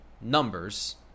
numbers